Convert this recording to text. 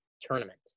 tournament